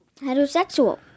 heterosexual